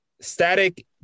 Static